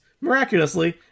Miraculously